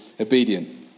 obedient